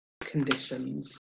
conditions